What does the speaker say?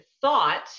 thought